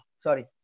Sorry